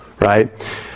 right